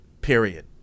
Period